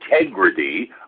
integrity